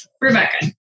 Rebecca